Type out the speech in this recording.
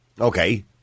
Okay